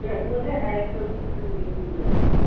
जो बोले ना एक सौ बीस रुपये किलो है